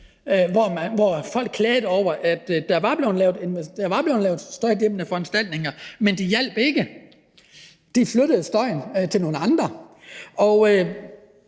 hvor folk klagede over, at der var blevet lavet støjdæmpende foranstaltninger – men de hjalp ikke. De flyttede støjen til nogle andre.